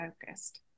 focused